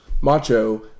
Macho